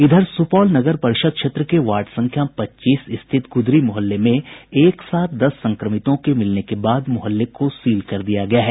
इधर सुपौल नगर परिषद् क्षेत्र के वार्ड संख्या पच्चीस स्थित गुदरी मुहल्ले में एक साथ दस संक्रमितों के मिलने के बाद मुहल्ले को सील कर दिया गया है